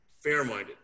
fair-minded